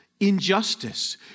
injustice